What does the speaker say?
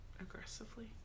Aggressively